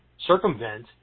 circumvent